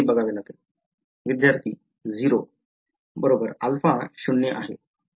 विध्यार्ती 0 0 α शून्य आहे